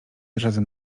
razem